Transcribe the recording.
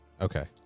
Okay